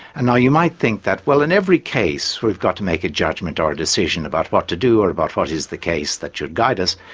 and now you might think that, well in every case we've got to make a judgment or a decision about what to do or about what is the case that should guide us,